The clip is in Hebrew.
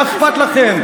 מה אכפת לכם?